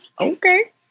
Okay